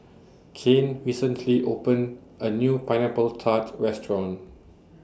Cain recently opened A New Pineapple Tart Restaurant